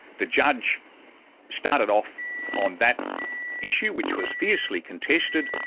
the judge started off on that issue, which was fiercely contested,